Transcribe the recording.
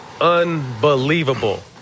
unbelievable